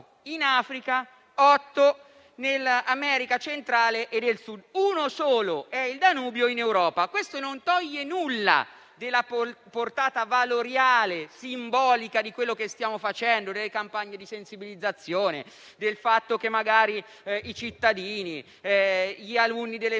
in Africa, otto nell'America centrale e nel Sud e uno solo, il Danubio, in Europa. Ciò non toglie nulla alla portata valoriale e simbolica di quanto stiamo facendo, alle campagne di sensibilizzazione, al fatto che i cittadini e gli alunni delle